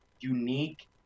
unique